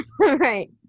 Right